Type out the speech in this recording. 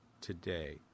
today